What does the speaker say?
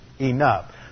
enough